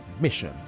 mission